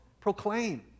proclaim